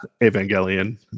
Evangelion